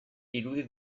irudi